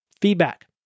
feedback